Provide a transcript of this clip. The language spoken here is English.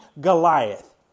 Goliath